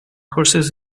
courses